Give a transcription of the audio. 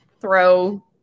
throw